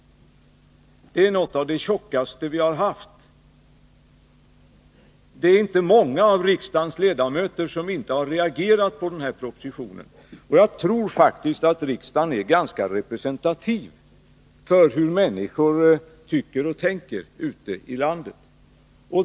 Det är ett av de tjockaste som vi har haft att behandla. Det är inte många av riksdagens ledamöter som inte har reagerat med anledning av propositionen, och jag tror faktiskt att riksdagen är ganska representativ för hur människor tycker och tänker ute i landet.